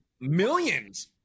millions